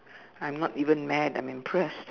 I'm not even mad I'm impressed